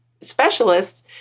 specialists